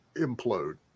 implode